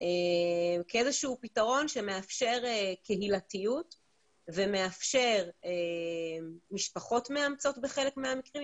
קורה כאיזשהו פתרון שמאפשר קהילתיות ומאפשר משפחות מאמצות בחלק מהמקרים,